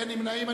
אין נמנעים.